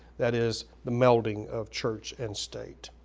that is, the melding of church and state.